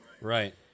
Right